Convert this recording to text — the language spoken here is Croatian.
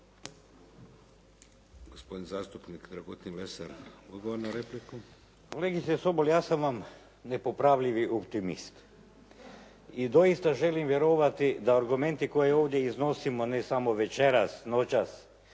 Gospodin zastupnik Dragutin Lesar, odgovor na repliku. **Lesar, Dragutin (Nezavisni)** Kolegice Sobol ja sam vam nepopravljivi optimist i doista želim vjerovati da argumenti koje ovdje iznosimo ne samo večeras, noćas